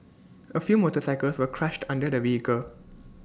A few motorcycles were crushed under the vehicle